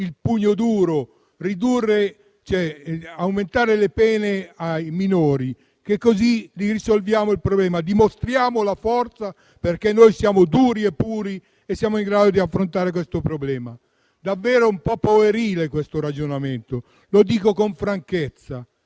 il pugno duro: aumentando le pene ai minori, risolviamo il problema, così dimostriamo forza, perché noi siamo duri e puri e siamo in grado di affrontare questo problema. È davvero un po' puerile questo ragionamento, lo dico con franchezza.